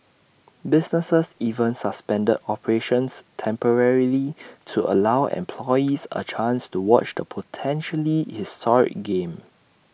businesses even suspended operations temporarily to allow employees A chance to watch the potentially historic game